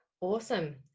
Awesome